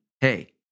Hey